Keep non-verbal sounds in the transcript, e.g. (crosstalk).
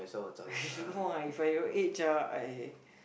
I (laughs) don't know lah If I your age ah I